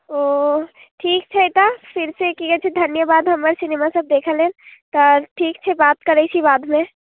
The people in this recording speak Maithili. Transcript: ओ ठीक छै तऽ फिर से की कहै छै धन्यवाद हम्मर सिनेमा सब देखऽ लेल तऽ ठीक छै बात करै छी बादमे